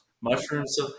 mushrooms